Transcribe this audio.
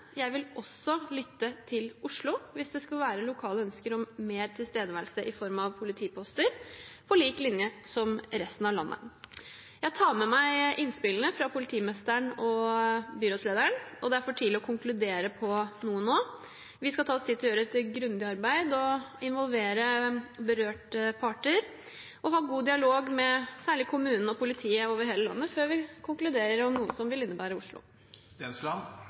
Jeg vil også lytte til Oslo hvis det skulle være lokale ønsker om mer tilstedeværelse i form av politiposter, på lik linje med resten av landet. Jeg tar med meg innspillene fra politimesteren og byrådslederen, og det er for tidlig å konkludere nå. Vi skal ta oss tid til å gjøre et grundig arbeid og involvere berørte parter og ha god dialog med særlig kommunen og politiet over hele landet før vi konkluderer om noe som vil innebære